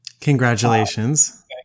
Congratulations